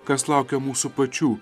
kas laukia mūsų pačių